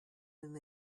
than